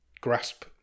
grasp